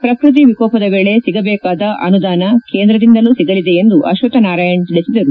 ಪ್ರಕೃತಿ ವಿಕೋಪದ ವೇಳೆ ಸಿಗಬೇಕಾದ ಅನುದಾನ ಕೇಂದ್ರದಿಂದಲೂ ಸಿಗಲಿದೆ ಎಂದು ಅಶ್ವಕ್ಷನಾರಾಯಣ ತಿಳಿಸಿದರು